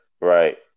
right